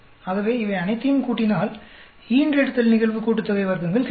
ஆகவே இவை அனைத்தையும் கூட்டினால் ஈன்றெடுத்தல் நிகழ்வு கூட்டுத்தொகை வர்க்கங்கள் கிடைக்கும்